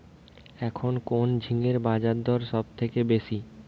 এখন কোন ঝিঙ্গের বাজারদর সবথেকে বেশি?